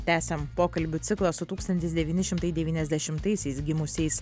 tęsiam pokalbių ciklą su tūkstantis devyni šimtai devyniasdešimtaisiais gimusiais